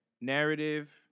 narrative